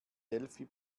delphi